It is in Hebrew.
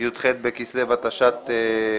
י"ח בכסלו התשע"ט,